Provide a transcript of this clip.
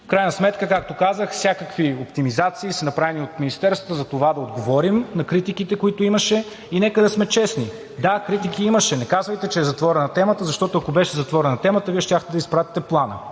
В крайна сметка, както казах, всякакви оптимизации са направени от Министерството за това, да отговорим на критиките, които имаше. Нека да сме честни. Да, критики имаше. Не казвайте, че е затворена темата, защото, ако беше затворена темата, Вие щяхте да изпратите Плана.